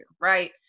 right